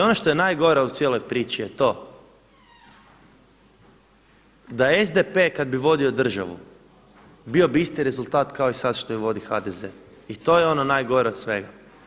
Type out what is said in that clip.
Ali ono što je najgore u cijeloj priči je to da SDP kada bi vodio državu bio bi isti rezultat kao i sada što je vodi HDZ i to je ono najgore od svega.